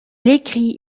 écrit